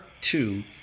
two